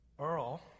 Earl